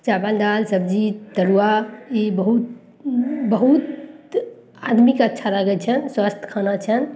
चावल दालि सब्जी तरुआ ई बहुत बहुत आदमीके अच्छा लागय छै स्वस्थ खाना छनि